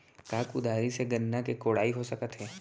का कुदारी से गन्ना के कोड़ाई हो सकत हे?